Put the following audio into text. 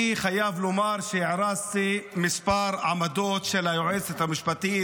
אני חייב לומר שהערצתי כמה עמדות של היועצת המשפטית